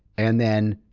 and then